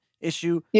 issue